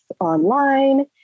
online